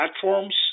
platforms